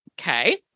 Okay